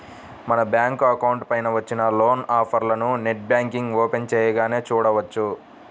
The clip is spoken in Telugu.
మన బ్యాంకు అకౌంట్ పైన వచ్చిన లోన్ ఆఫర్లను నెట్ బ్యాంకింగ్ ఓపెన్ చేయగానే చూడవచ్చు